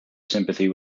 sympathy